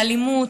באלימות,